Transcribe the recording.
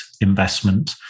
investment